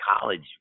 College